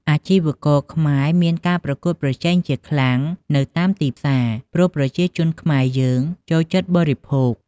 អាជីវករខ្មែរមានការប្រកួតប្រជែងជាខ្លាំងនៅតាមទីផ្សា ព្រោះប្រជាជនខ្មែរយើងចូលចិត្តបរិភោគ។